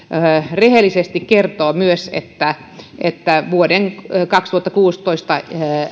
rehellisesti kertoo myös että että vuoden kaksituhattakuusitoista